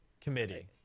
committee